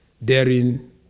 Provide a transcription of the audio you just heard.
therein